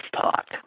talk